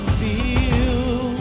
feel